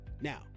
Now